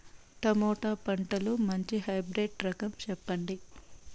Tomato పంటలో మంచి hybrid రకం చెప్పండి?